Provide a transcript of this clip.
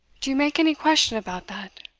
do you make any question about that?